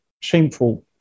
Shameful